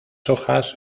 hojas